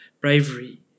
bravery